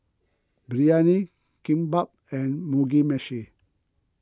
Biryani Kimbap and Mugi Meshi